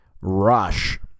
rush